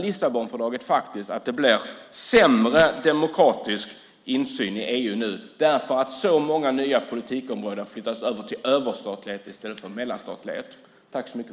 Lissabonfördraget innebär att det nu blir sämre demokratisk insyn i EU, därför att så många nya politikområden flyttas över till överstatlighet i stället för mellanstatlighet.